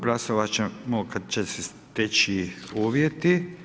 Glasovati ćemo kada će se steći uvjeti.